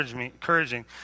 encouraging